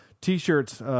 T-shirts